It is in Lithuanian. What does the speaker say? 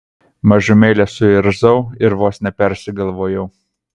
mažumėlę suirzau ir vos nepersigalvojau